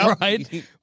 Right